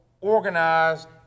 organized